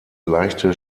leichte